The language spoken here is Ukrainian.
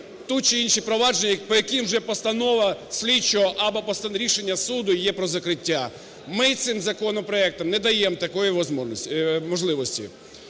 ті чи інші провадження, по якій вже постанова слідчого або рішення суду є про закриття. Ми цим законопроектом не даємо такої можливості.